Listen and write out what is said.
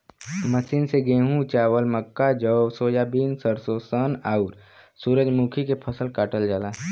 machine से गेंहू, चावल, मक्का, जौ, सोयाबीन, सरसों, सन, आउर सूरजमुखी के फसल काटल जाला